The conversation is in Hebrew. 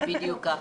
בדיוק ככה.